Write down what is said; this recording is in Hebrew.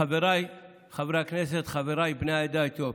חבריי חברי הכנסת, חבריי בני העדה האתיופית,